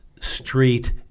street